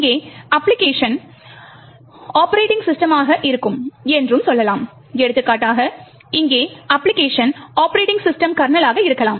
இங்கே application operating சிஸ்டமாக இருக்கும் என்றும் சொல்லலாம் எடுத்துக்காட்டாக இங்கே அப்பிளிகேஷன் ஒப்பரேட்டிங் சிஸ்டம் கர்னலாக லாக இருக்கலாம்